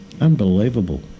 Unbelievable